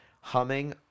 humming